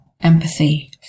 empathy